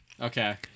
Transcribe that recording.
Okay